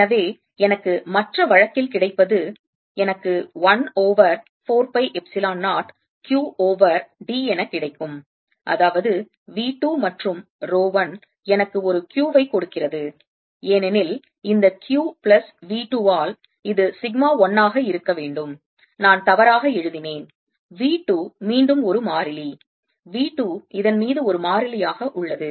எனவே எனக்கு மற்ற வழக்கில் கிடைப்பது எனக்கு 1 over 4 pi epsilon 0 Q over d எனக் கிடைக்கும் அதாவது V 2 மற்றும் ரோ 1 எனக்கு ஒரு Qவை கொடுக்கிறது ஏனெனில் இந்த q பிளஸ் V 2ஆல் இது சிக்மா 1ஆக இருக்க வேண்டும் நான் தவறாக எழுதினேன் V 2 மீண்டும் ஒரு மாறிலி V 2 இதன் மீது ஒரு மாறிலியாக உள்ளது